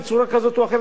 בצורה כזאת או אחרת,